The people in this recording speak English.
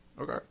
Okay